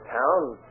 town